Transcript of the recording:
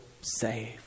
save